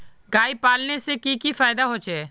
गाय पालने से की की फायदा होचे?